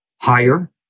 higher